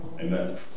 Amen